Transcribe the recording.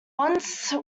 once